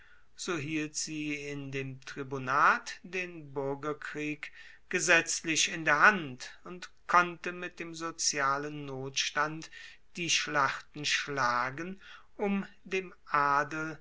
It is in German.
so hielt sie in dem tribunat den buergerkrieg gesetzlich in der hand und konnte mit dem sozialen notstand die schlachten schlagen um dem adel